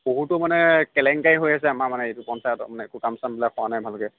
বহুতো মানে কেলেংকাৰী হৈ আছে আমাৰ মানে আমাৰ এইটো পঞ্চায়তৰ মানে একো কাম চামবিলাক হোৱা নাই ভালকৈ